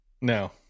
no